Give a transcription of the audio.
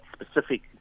specific